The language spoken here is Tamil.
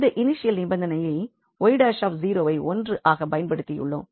இந்த இனிஷியல் நிபந்தனையை 𝑦 ′ ஐ 1 ஆகப் பயன்படுத்தியுள்ளோம்